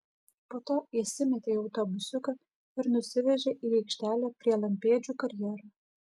po to įsimetė į autobusiuką ir nusivežė į aikštelę prie lampėdžių karjero